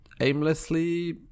aimlessly